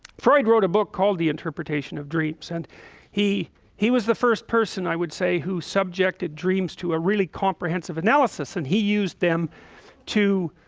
freud wrote a book called the interpretation of dreams and he he was the first person i would say who subjected dreams to a really comprehensive analysis and he used them to